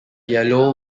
yellow